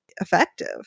effective